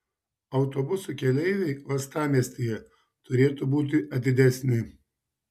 autobusų keleiviai uostamiestyje turėtų būti atidesni